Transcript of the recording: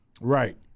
Right